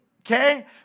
Okay